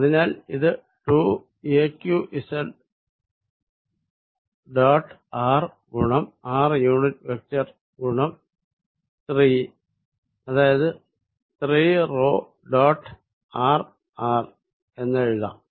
അതിനാൽ ഇത് 2aqz dot r ഗുണം r യൂണിറ്റ് വെക്ടർ ഗുണം 3 അതായത് 3 ഡോട്ട് rr എന്ന് എഴുതാം